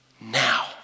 Now